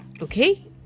okay